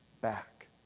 back